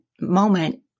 moment